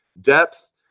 depth